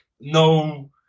no